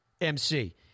MC